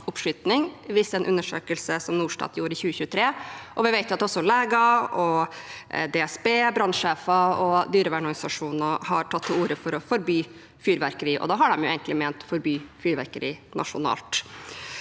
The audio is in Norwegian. oppskyting, viser en undersøkelse Norstat gjorde i 2023, og vi vet at også leger, DSB, brannsjefer og dyrevernorganisasjoner har tatt til orde for å forby fyrverkeri – og da har de egentlig ment å forby fyrverkeri nasjonalt.